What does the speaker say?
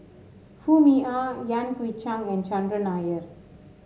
Foo Mee Har Yan Hui Chang and Chandran Nair